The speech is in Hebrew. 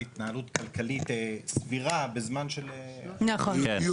התנהלות כלכלית סבירה בזמן של --- בדיוק,